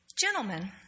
Gentlemen